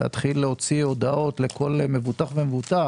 להתחיל להוציא הודעות לכל מבוטח ומבוטח?